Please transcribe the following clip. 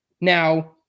Now